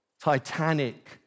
titanic